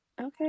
Okay